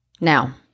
Now-